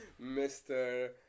Mr